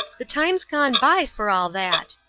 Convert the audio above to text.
the time's gone by for all that,